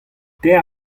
teir